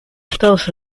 estados